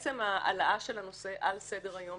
עצם ההעלאה של הנושא על סדר-היום,